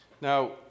Now